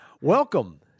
Welcome